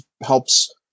helps